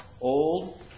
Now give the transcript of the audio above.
Old